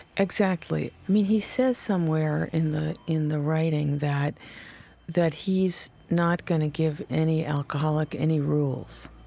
exactly. i mean, he says somewhere in the in the writing that that he's not going to give any alcoholic any rules,